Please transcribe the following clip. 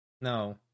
No